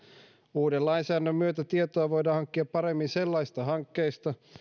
uuden lainsäädännön myötä tietoa voidaan hankkia paremmin sellaisista hankkeista